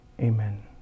Amen